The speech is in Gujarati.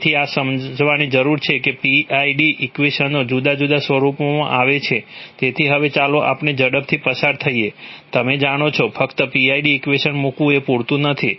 તેથી આ સમજવાની જરૂર છે કે PID ઇક્વેશનો જુદા જુદા સ્વરૂપોમાં આવે છે તેથી હવે ચાલો આપણે ઝડપથી પસાર થઈએ તમે જાણો છો ફક્ત PID ઇક્વેશન મૂકવું એ પૂરતું નથી